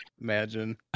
Imagine